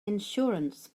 insurance